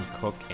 Cook